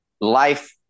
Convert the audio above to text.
life